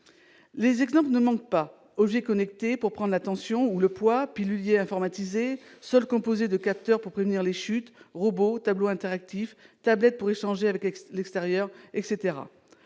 Les exemples ne manquent pas : objets connectés pour prendre la tension ou le poids, piluliers informatisés, sols composés de capteurs pour prévenir les chutes, robots, tableaux interactifs, ou encore tablettes pour échanger avec l'extérieur.